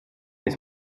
ist